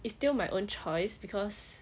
it's still my own choice because